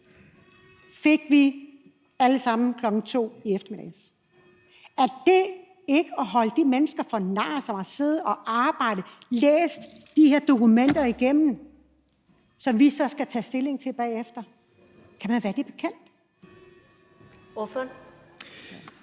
fik vi alle sammen kl. 14.00 i eftermiddag. Er det ikke at holde de mennesker for nar, som har siddet og arbejdet og læst de her dokumenter igennem, som vi så skal tage stilling til bagefter? Kan man være det bekendt?